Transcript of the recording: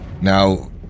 Now